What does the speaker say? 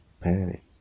panic